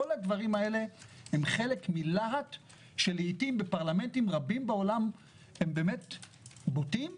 כל הדברים האלה הם חלק מלהט שלעתים בפרלמנטים רבים בעולם הם באמת בוטים,